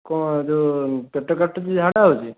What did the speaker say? କ'ଣ ଏ ଯୋଉ ପେଟ କାଟୁଛି ଝାଡ଼ା ହେଉଛି